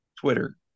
Twitter